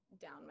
down